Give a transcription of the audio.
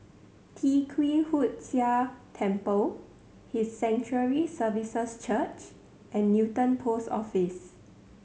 Tee Kwee Hood Sia Temple His Sanctuary Services Church and Newton Post Office